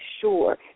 sure